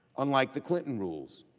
unlike the clinton rules,